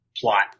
plot